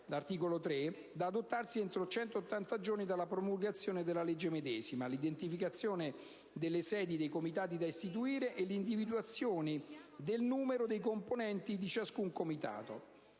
(articolo 3), da adottarsi entro 180 giorni dalla promulgazione della legge medesima, l'identificazione delle sedi dei Comitati da istituire e l'individuazione del numero dei componenti di ciascun Comitato.